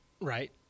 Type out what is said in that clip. right